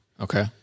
Okay